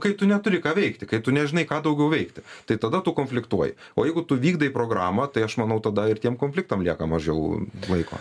kai tu neturi ką veikti kai tu nežinai ką daugiau veikti tai tada tu konfliktuoji o jeigu tu vykdai programą tai aš manau tada ir tiem konfliktams lieka mažiau laiko